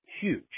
huge